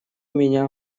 меня